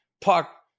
puck